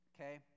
Okay